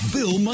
Bill